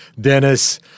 Dennis